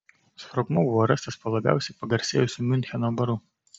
sprogmuo buvo rastas po labiausiai pagarsėjusiu miuncheno baru